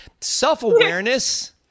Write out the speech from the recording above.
self-awareness